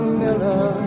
miller